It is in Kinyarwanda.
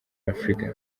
afurika